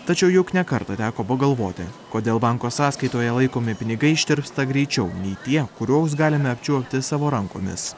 tačiau juk ne kartą teko pagalvoti kodėl banko sąskaitoje laikomi pinigai ištirpsta greičiau nei tie kuriuos galime apčiuopti savo rankomis